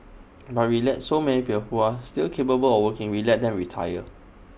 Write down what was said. but we let so many people who are still capable of working we let them retire